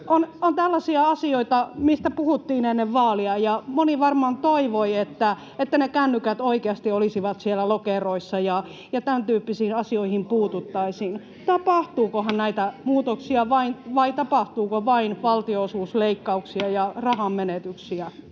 On tällaisia asioita, mistä puhuttiin ennen vaaleja, ja moni varmaan toivoi, että ne kännykät oikeasti olisivat siellä lokeroissa ja tämäntyyppisiin asioihin puututtaisiin. [Juho Eerola: Ne oli silloin jo!] Tapahtuukohan näitä muutoksia, vai tapahtuuko vain valtionosuusleikkauksia ja rahanmenetyksiä